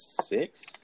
six